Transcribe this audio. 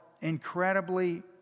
incredibly